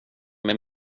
mig